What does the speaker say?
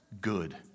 good